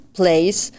place